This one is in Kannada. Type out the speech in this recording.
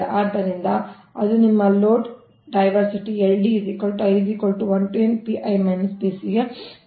ಆದ್ದರಿಂದ ಅದು ನಿಮ್ಮ ಲೋಡ್ ಡೈವರ್ಸಿಟಿ ಗೆ ಸಮಾನವಾಗಿರುತ್ತದೆ ಇದು ಸಮೀಕರಣ 14 ಆಗಿದೆ